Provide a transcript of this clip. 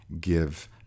give